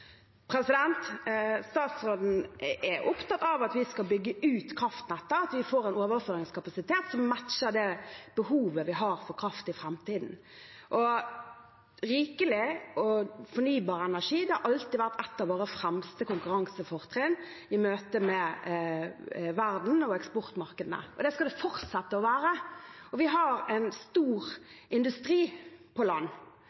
Statsråden er opptatt av at vi skal bygge ut kraftnettet, at vi får en overføringskapasitet som matcher det behovet vi har for kraft i framtiden. Rikelig og fornybar energi har alltid vært et av våre fremste konkurransefortrinn i møte med verden og eksportmarkedene, og det skal det fortsette å være. Vi har en stor prosessindustri på land